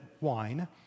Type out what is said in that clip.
wine